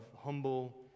humble